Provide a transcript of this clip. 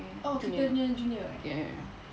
yang tu ya ya ya